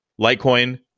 Litecoin